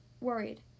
worried